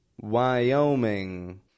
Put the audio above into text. Wyoming